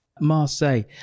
Marseille